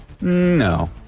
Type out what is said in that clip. No